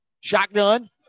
Shotgun